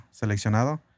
Seleccionado